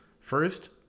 First